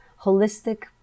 holistic